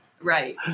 Right